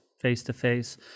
face-to-face